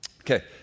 Okay